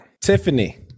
Tiffany